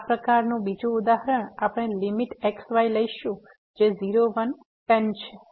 આ પ્રકારનું બીજું ઉદાહરણ આપણે લીમીટ x y લઈશું જે 0 1tan છે ઇનવર્સ y ઓવર x